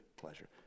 pleasure